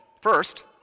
First